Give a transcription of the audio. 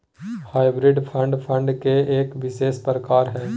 hybrid fund, fund के एक विशेष प्रकार हय